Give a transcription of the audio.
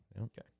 Okay